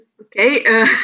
Okay